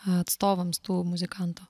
atstovams tų muzikantų